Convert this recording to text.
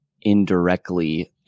indirectly